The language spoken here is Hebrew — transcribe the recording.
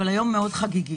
שהיום הוא יום מאוד חגיגי.